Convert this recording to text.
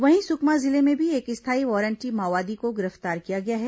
वहीं सुकमा जिले में भी एक स्थायी वारंटी माओवादी को गिरफ्तार किया गया है